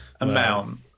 amount